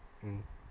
mm